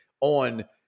on